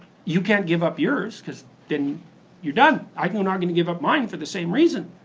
you can't give up yours cause then you're done. i'm not gonna give up mine for the same reason.